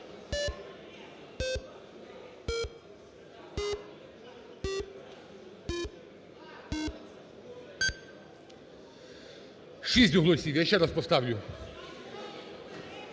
Шість голосів. Я ще раз поставлю.